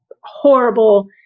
horrible